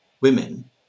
women